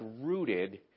rooted